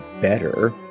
better